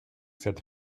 cette